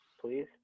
please